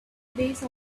base